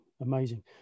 amazing